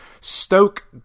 Stoke